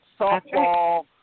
softball